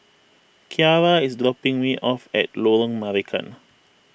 Kiarra is dropping me off at Lorong Marican